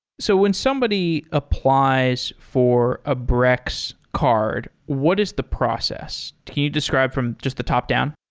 so when somebody applies for a brex card, what is the process? can you describe from just the top-down?